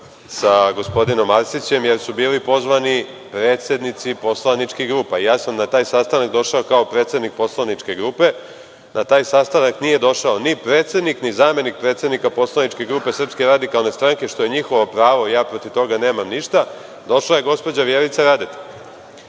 sa gospodinom Arsićem, jer su bili pozvani predsednici poslaničkih grupa. Ja sam na taj sastanak došao, kao predsednik poslaničke grupe. Na taj sastanak nije došao ni predsednik, ni zamenik predsednika poslaničke grupe SRS, što je njihovo pravo, ja protiv toga nemam ništa, došla je gospođa Vjerica Radeta,